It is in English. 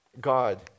God